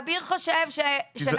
דבר כזה, הוא ישלם יותר.